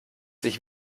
sich